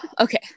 okay